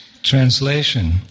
Translation